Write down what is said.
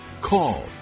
call